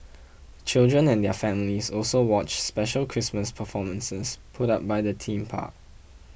the children and their families also watched special Christmas performances put up by the theme park